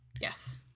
Yes